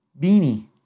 beanie